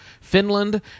Finland